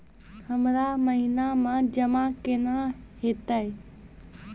हमरा महिना मे जमा केना हेतै?